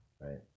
right